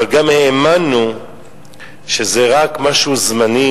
אבל גם האמנו שזה רק משהו זמני.